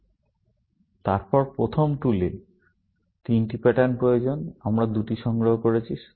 আমাদের প্রথম টুলে তিনটি প্যাটার্ন প্রয়োজন আমরা দুটি সংগ্রহ করেছি